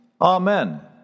Amen